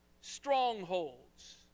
strongholds